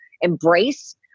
embrace